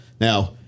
Now